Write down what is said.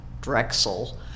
Drexel